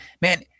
Man